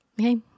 okay